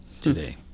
today